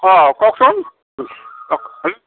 অঁ কওকচোন